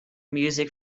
music